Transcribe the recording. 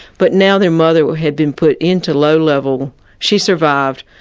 but now their mother had been put into low-level she survived,